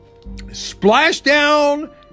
Splashdown